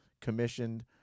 commissioned